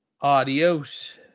Adios